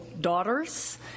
daughters